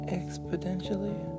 exponentially